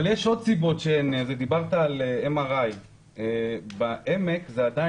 זה משהו אחר, שהוא לא רוצה שיהיה לך עוד ביקוש.